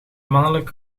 mannelijk